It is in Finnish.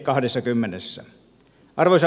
arvoisa puhemies